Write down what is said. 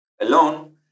alone